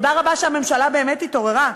תודה רבה שהממשלה באמת התעוררה,